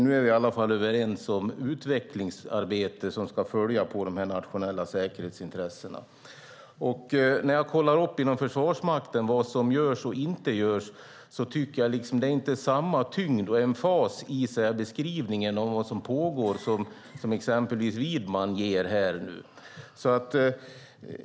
Nu är vi i alla fall överens om det utvecklingsarbete som ska följa när det gäller de nationella säkerhetsintressena. När jag kollar upp vad som görs och inte görs inom Försvarsmakten tycker jag inte att det är samma tyngd och emfas i beskrivningen av vad som pågår som exempelvis Widman ger det här.